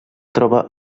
troba